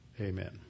amen